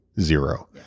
zero